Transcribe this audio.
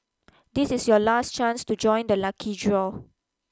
this is your last chance to join the lucky draw